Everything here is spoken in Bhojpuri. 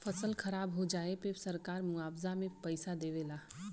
फसल खराब हो जाये पे सरकार मुआवजा में पईसा देवे ला